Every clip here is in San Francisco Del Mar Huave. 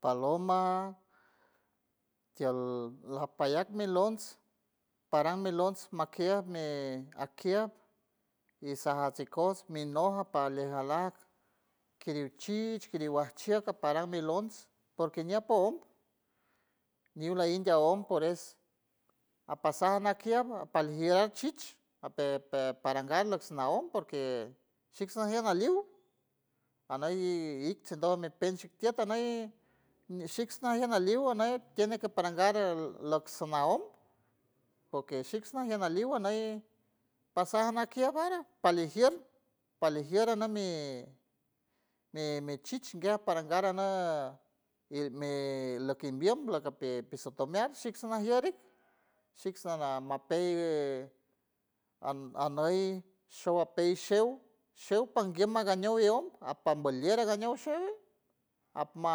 Paloma tial lopaliatmi lons param milons makier mi akiart y saraticots milnoja parlejaliak kiriej chilj kirij guashieja paralmilons porque ñapo onj niula india omp poreso apasana akiet apaliat chilj aper perparangans naols porque shixsalien anoul anayan its sondon mipeyshion tiet anay nishixtiend nayalium noliet tiene que parangare loc sojnaon poque shixna jianeligua niay pasana queabara palijier palijiere nomi mi mi chij parangara na elmi lokimbier lokipi pisotomiar shix sonajiarmil shixsomiar mapeyre am amey showapeurj sheu sheu pojambier magañeu guioun apamboliere agañiere sheu apma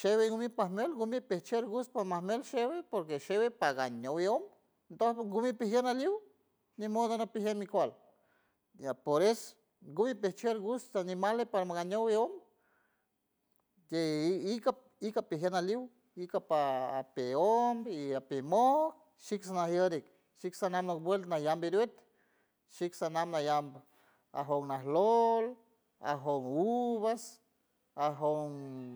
shevein milk pajmiel gumilt pishel gusto mamel sheven porque sheven pagañou youn dok gubi pijier nalium nimodo mapijiel micualt, por es gubipichield gusto animales paramagañeu ñou di igapijiel aliut igapa api oundi y api moou shix najioric shix anawlok bioc narambi guit, shix anaiba now, ajom naloj, ajow uvas, ajow.